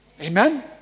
Amen